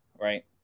right